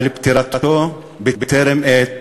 על פטירתו בטרם עת